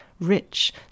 rich